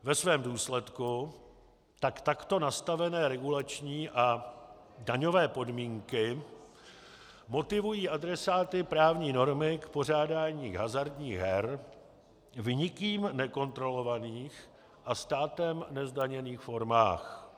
Ve svém důsledku tak takto nastavené regulační a daňové podmínky motivují adresáty právní normy k pořádání hazardních her v nikým nekontrolovaných a státem nezdaněných formách.